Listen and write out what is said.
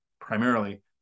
primarily